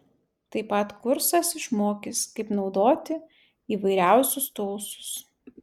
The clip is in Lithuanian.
taip pat kursas išmokys kaip naudoti įvairiausius tūlsus